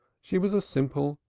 she was a simple,